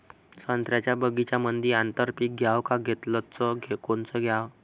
संत्र्याच्या बगीच्यामंदी आंतर पीक घ्याव का घेतलं च कोनचं घ्याव?